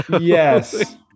Yes